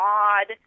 odd